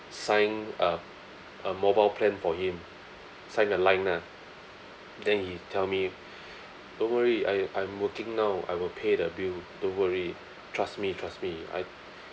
sign a a mobile plan for him sign the line lah then he tell me don't worry I I'm working now I will pay the bill don't worry trust me trust me I